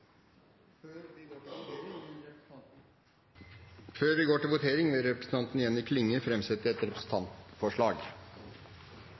Før vi går til votering, vil representanten Jenny Klinge framsette et representantforslag.